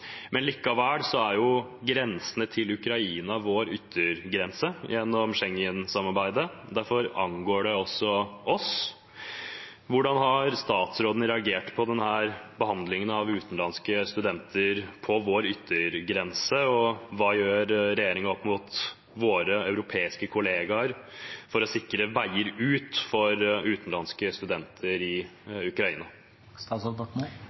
men likevel er jo grensene til Ukraina vår yttergrense gjennom Schengen-samarbeidet. Derfor angår det også oss. Hvordan har statsråden reagert på denne behandlingen av utenlandske studenter på vår yttergrense, og hva gjør regjeringen opp mot våre europeiske kollegaer for å sikre veier ut for utenlandske studenter